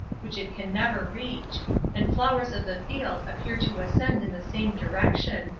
which it can never reach and flowers of the field appear to ascend in the same direction,